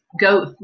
Go